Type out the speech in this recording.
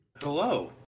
Hello